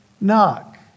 knock